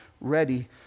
ready